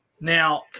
Now